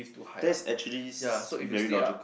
there's actually very logical